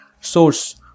source